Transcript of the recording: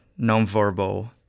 nonverbal